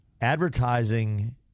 advertising